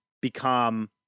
become